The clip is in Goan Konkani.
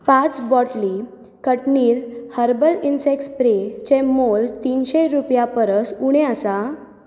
पांच बोटली खटनील हर्बल इन्सेक्ट स्प्रे चें मोल तिनशें रुपयां परस उणें आसा